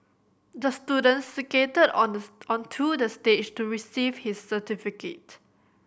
the student skated on the onto the stage to receive his certificate